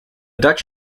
dutch